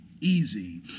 easy